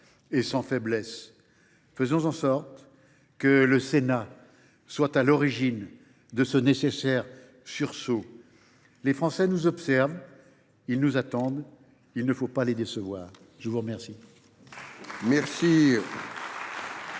et sans faiblesse. Faisons en sorte que le Sénat soit à l’origine de ce nécessaire sursaut. Les Français nous observent. Ils nous attendent. Il ne faut pas les décevoir. La parole